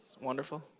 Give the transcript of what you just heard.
Wonderful